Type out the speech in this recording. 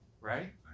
Right